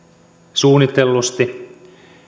suunnitellusti